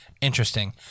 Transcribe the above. interesting